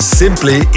simply